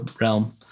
realm